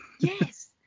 Yes